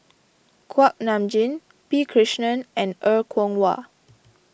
Kuak Nam Jin P Krishnan and Er Kwong Wah